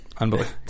Unbelievable